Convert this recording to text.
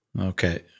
Okay